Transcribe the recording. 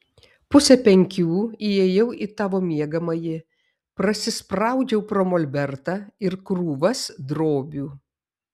pusę penkių įėjau į tavo miegamąjį prasispraudžiau pro molbertą ir krūvas drobių